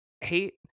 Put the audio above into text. hate